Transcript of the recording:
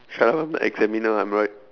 shut up I'm the examiner I'm right